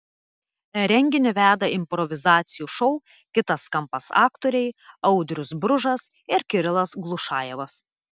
renginį veda improvizacijų šou kitas kampas aktoriai audrius bružas ir kirilas glušajevas